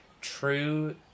true